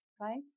right